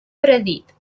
predit